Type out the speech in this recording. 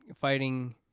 fighting